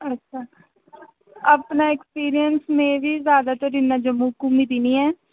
अच्छा अपना ऐक्सपीरियंस मै बी ज्यादातर इ'न्ना जम्मू च घूमी दी नि ऐ